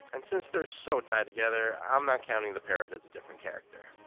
and since they're so tied together, i'm not counting the parrot as a different character.